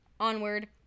Onward